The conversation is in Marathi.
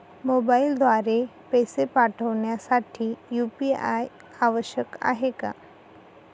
मोबाईलद्वारे पैसे पाठवण्यासाठी यू.पी.आय आवश्यक आहे का?